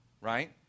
right